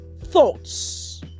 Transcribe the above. thoughts